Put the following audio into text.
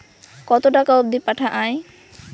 কতো টাকা অবধি পাঠা য়ায়?